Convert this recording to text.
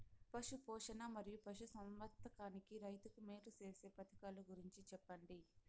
పశు పోషణ మరియు పశు సంవర్థకానికి రైతుకు మేలు సేసే పథకాలు గురించి చెప్పండి?